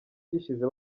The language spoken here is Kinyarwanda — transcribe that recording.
gishize